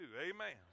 Amen